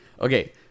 Okay